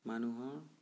মানুহৰ